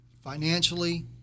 financially